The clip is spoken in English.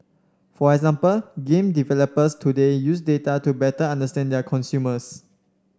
for example game developers today use data to better understand their consumers